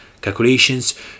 Calculations